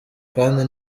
kandi